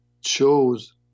chose